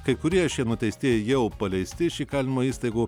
kai kurie šie nuteistieji jau paleisti iš įkalinimo įstaigų